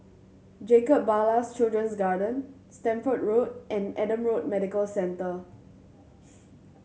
Jacob Ballas Children's Garden Stamford Road and Adam Road Medical Centre